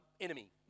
Enemy